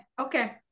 Okay